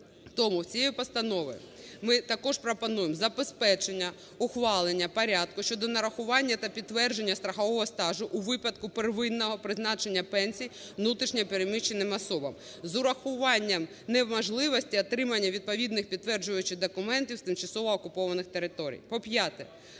Тому цією постановою ми також пропонуємо забезпечення ухвалення порядку щодо нарахування та підтвердження страхового стажу у випадку первинного призначення пенсій внутрішньо переміщеним особам з урахуванням неможливості отримання відповідних підтверджуючих документів з тимчасово окупованих територій.